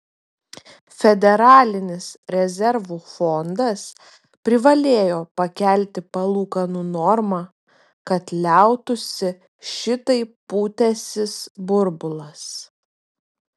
federalinis rezervų fondas privalėjo pakelti palūkanų normą kad liautųsi šitaip pūtęsis burbulas